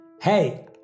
Hey